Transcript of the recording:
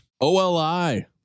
Oli